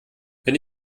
wenn